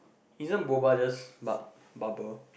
isn't mobile just bu~ bubble